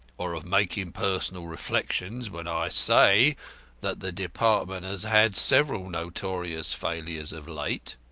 or of making personal reflections, when i say that the department has had several notorious failures of late.